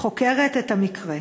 חוקרת את המקרה?